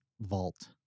vault